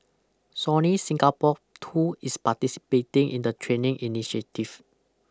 Sony Singapore too is participating in the training initiative